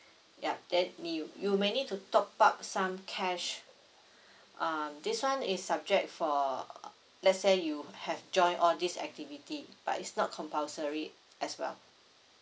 ya then he you may need to top up some cash uh this one is subject for let's say you have join all this activity but is not compulsory as well